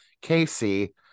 casey